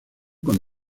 con